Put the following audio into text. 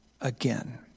again